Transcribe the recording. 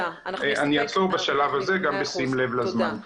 אני אעצור בשלב זה, גם בשים לב לזמן.